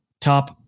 top